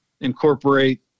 incorporate